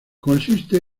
consiste